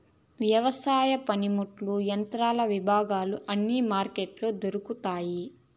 వ్యవసాయ పనిముట్లు యంత్రాల విభాగాలు అన్ని మార్కెట్లో దొరుకుతాయి